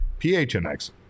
PHNX